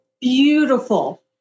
beautiful